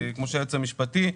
כמו שהיועץ המשפטי אמר,